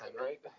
right